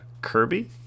Kirby